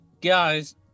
guys